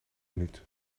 minuut